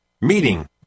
Meeting